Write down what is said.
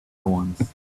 once